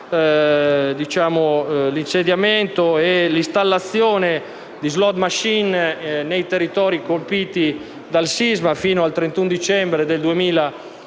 che vieta l'installazione di *slot machine* nei territori colpiti dal sisma sino al 31 dicembre del 2017.